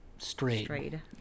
Straight